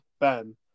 Ben